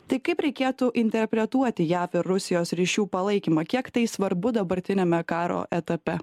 tai kaip reikėtų interpretuoti jav ir rusijos ryšių palaikymą kiek tai svarbu dabartiniame karo etape